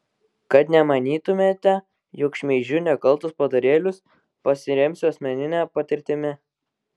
kad nemanytumėte jog šmeižiu nekaltus padarėlius pasiremsiu asmenine patirtimi